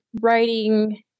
writing